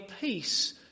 peace